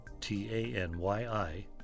T-A-N-Y-I